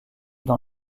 dans